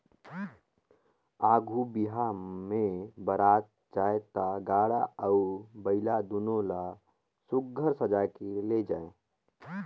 आघु बिहा मे बरात जाए ता गाड़ा अउ बइला दुनो ल सुग्घर सजाए के लेइजे